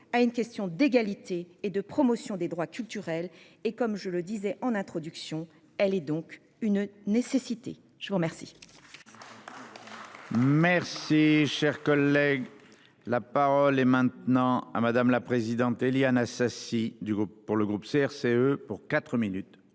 à une question d'égalité et de promotion des droits culturels et comme je le disais en introduction, elle est donc une nécessité je vous remercie. Merci cher collègue. La parole est maintenant à madame la présidente, Éliane. Du groupe pour le groupe CRCE pour 4 minutes.